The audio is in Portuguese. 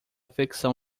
fricção